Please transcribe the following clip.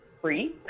free